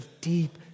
deep